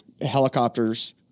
helicopters